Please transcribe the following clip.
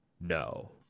no